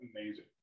amazing